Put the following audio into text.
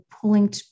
pulling